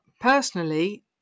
personally